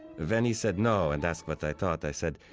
then he said, no, and that's what i thought. i said,